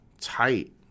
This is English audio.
tight